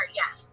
yes